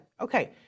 Okay